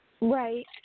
Right